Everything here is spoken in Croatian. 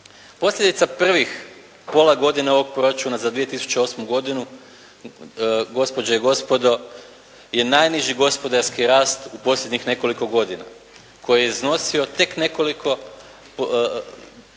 Posljedica prvih pola godine ovoga proračuna za 2008. godinu gospođe i gospodo je najniži gospodarski rast u posljednjih nekoliko godina koji je iznosio tek nekoliko